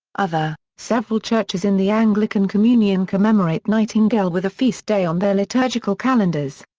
other several churches in the anglican communion commemorate nightingale with a feast day on their liturgical calendars.